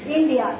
India